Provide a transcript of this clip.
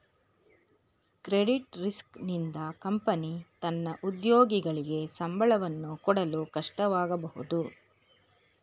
credit risk ನಿಂದ company ತನ್ನ ಉದ್ಯೋಗಿಗಳಿಗೆ ಸಂಬಳವನ್ನು ಕೊಡಲು ಕಷ್ಟವಾಗಬಹುದು